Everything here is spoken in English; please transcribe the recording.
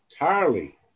entirely